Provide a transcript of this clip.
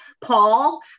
Paul